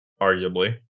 Arguably